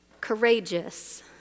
courageous